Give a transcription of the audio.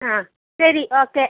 ആ ശരി ഓക്കെ